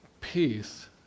Peace